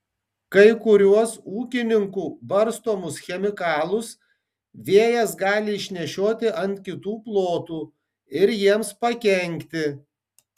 kai kuriuos ūkininkų barstomus chemikalus vėjas gali išnešioti ant kitų plotų ir jiems pakenkti